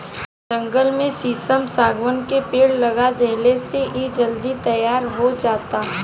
जंगल में शीशम, शागवान के पेड़ लगा देहला से इ जल्दी तईयार हो जाता